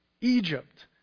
Egypt